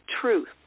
truth